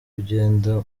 kugenda